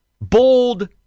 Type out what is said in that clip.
bold